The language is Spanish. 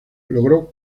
logró